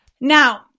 Now